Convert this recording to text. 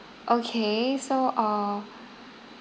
okay so uh